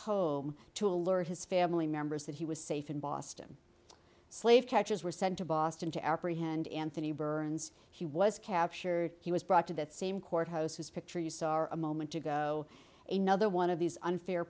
home to alert his family members that he was safe in boston slave catchers were sent to boston to apprehend anthony burns he was captured he was brought to that same court house whose picture you saw our a moment ago a nother one of these unfair